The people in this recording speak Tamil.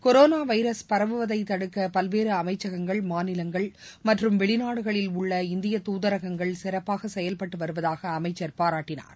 கொரோனாவைரஸ் பரவுவதைதடுக்க பல்வேறுஅமைச்சகங்கள் மாநிலங்கள் மற்றம் வெளிநாடுகளில் உள்ள இந்திய துதரகங்கள் சிறப்பாகசெயல்பட்டுவருவதாகஅமைச்சர் பாராட்டினார்